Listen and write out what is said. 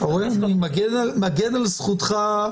אני מגן על זכותך.